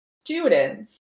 students